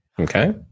Okay